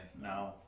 No